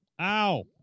Ow